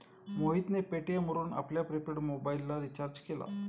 मोहितने पेटीएम वरून आपला प्रिपेड मोबाइल रिचार्ज केला